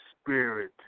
spirit